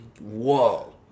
Whoa